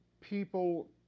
people